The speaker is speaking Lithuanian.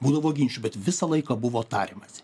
būdavo ginčų bet visą laiką buvo tariamasi